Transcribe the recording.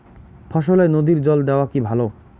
ফসলে নদীর জল দেওয়া কি ভাল?